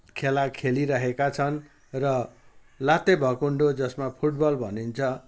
खेला खेलिरहेका छन् र लात्ते भकुन्डो जसमा फुटबल भनिन्छ